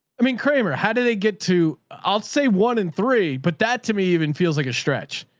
i mean kramer, how do they get to i'll say one and three, but that to me even feels like a stretch.